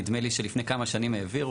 נדמה לי שלפני כמה שנים העבירו,